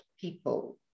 people